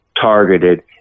targeted